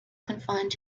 confined